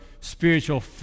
spiritual